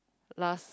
last